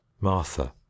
martha